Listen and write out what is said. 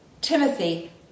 Timothy